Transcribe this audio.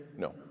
No